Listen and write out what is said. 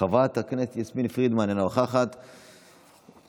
חבר הכנסת אריאל קלנר, נוכח ומוותר,